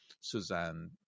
Suzanne